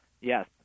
yes